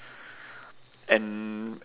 and